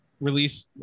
release